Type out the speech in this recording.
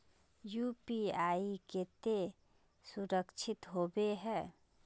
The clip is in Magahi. यु.पी.आई केते सुरक्षित होबे है?